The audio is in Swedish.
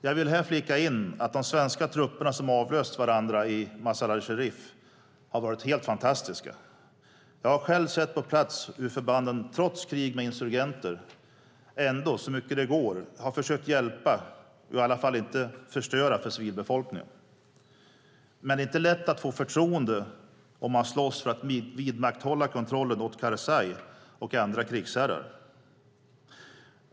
Jag vill här flika in att de svenska trupperna som avlöst varandra i Mazar-e Sharif har varit helt fantastiska. Jag har själv sett på plats hur förbanden, trots krig med insurgenter, så mycket det går försöker hjälpa och i alla fall inte förstöra för civilbefolkningen. Men det är inte lätt att få förtroende om man slåss för att vidmakthålla kontrollen åt Karzai och andra krigsherrar.